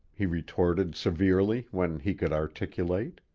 he retorted severely, when he could articulate.